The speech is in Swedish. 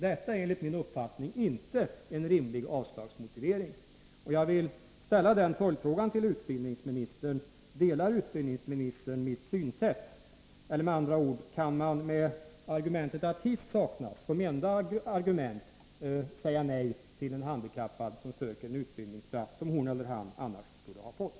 Det är enligt min mening inte en rimlig avslagsmotivering. Jag vill ställa en följdfråga till utbildningsministern: Delar utbildningsministern min uppfattning, eller kan man med argumentet att hiss .uknas säga nej till en handikappad som söker en utbildningsplats, vilken hon eller han annars skulle ha fått?